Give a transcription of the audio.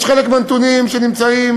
חלק מהנתונים נמצאים